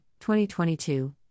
2022